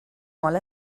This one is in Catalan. molt